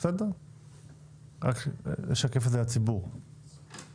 גם מדברים בטלפון ללא דיבורית